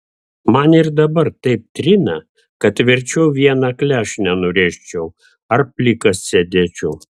man ir dabar taip trina kad verčiau vieną klešnę nurėžčiau ar plikas sėdėčiau